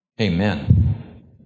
Amen